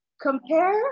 Compare